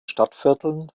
stadtvierteln